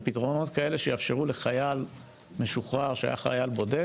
ופתרונות כאלה שיאפשרו לחייל משוחרר שהיה חייל בודד,